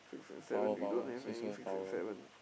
power power six girls power